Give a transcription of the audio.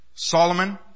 Solomon